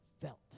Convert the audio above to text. felt